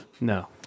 no